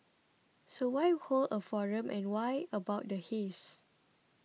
so why hold a forum and why about the haze